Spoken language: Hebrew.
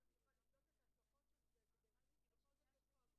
אם זו העסקה ישירה, זה לא פה.